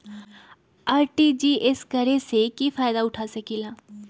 RTGS करे से की फायदा उठा सकीला?